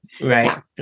right